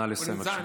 נא לסיים, בבקשה.